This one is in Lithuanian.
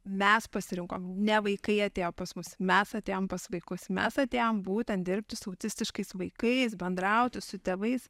mes pasirinkom ne vaikai atėjo pas mus mes atėjom pas vaikus mes atėjom būtent dirbti su autistiškais vaikais bendrauti su tėvais